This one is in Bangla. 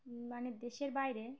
মানে দেশের বাইরে